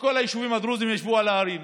שכל היישובים הדרוזיים ישבו על ההרים.